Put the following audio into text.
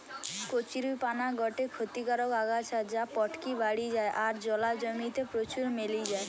কচুরীপানা গটে ক্ষতিকারক আগাছা যা পটকি বাড়ি যায় আর জলা জমি তে প্রচুর মেলি যায়